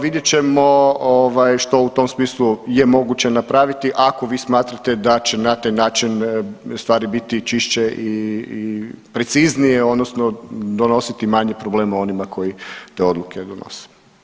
Vidjet ćemo što u tom smislu je moguće napraviti ako vi smatrate da će na taj način stvari biti čišće i preciznije odnosno donositi manje problema onima koji te odluke donose.